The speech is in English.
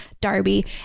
Darby